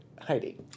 Heidi